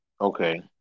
Okay